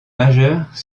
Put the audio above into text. majeure